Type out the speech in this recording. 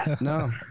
No